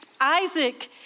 Isaac